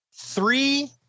three